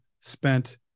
spent